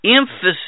emphasis